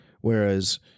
Whereas